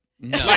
No